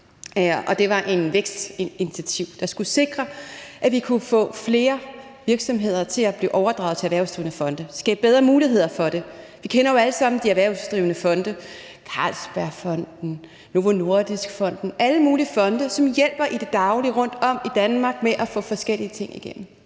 bedre muligheder for og dermed sikre, at vi kunne få flere virksomheder til at blive overdraget til erhvervsdrivende fonde. Vi kender jo alle sammen de erhvervsdrivende fonde som f.eks. Carlsbergfondet og Novo Nordisk Fonden, som hjælper i det daglige rundtom i Danmark med at få forskellige ting igennem.